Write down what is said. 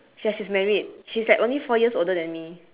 yes she's married she's like only four years older than me